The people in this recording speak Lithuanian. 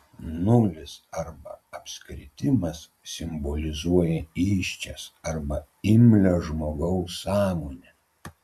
nulis arba apskritimas simbolizuoja įsčias arba imlią žmogaus sąmonę